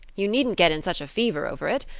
you needn't get in such a fever over it.